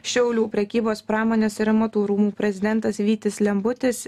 šiaulių prekybos pramonės ir amatų rūmų prezidentas vytis lembutis